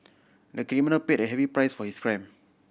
the criminal paid a heavy price for his crime